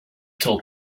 tell